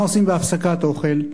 מה עושים בהפסקת אוכל?